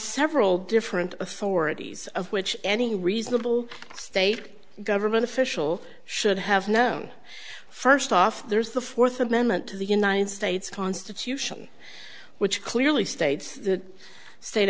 several different authorities of which any reasonable state government official should have known first off there's the fourth amendment to the united states constitution which clearly states the sta